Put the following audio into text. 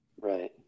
right